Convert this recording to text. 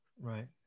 right